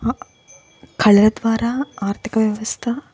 కళల ద్వారా ఆర్థిక వ్యవస్థ